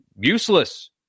useless